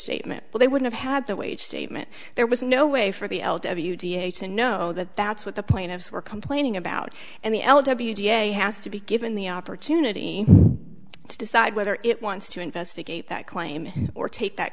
statement but they would have had to wait statement there was no way for the l w da to know that that's what the plaintiffs were complaining about and the l w da has to be given the opportunity to decide whether it wants to investigate that claim or take that